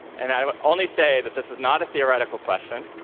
and i would only say that this is not a theoretical question.